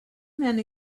men